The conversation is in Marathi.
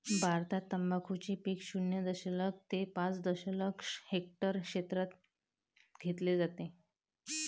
भारतात तंबाखूचे पीक शून्य दशलक्ष ते पाच दशलक्ष हेक्टर क्षेत्रात घेतले जाते